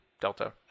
Delta